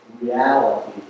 reality